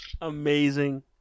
Amazing